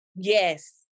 Yes